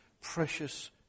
precious